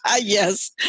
Yes